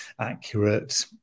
accurate